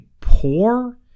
poor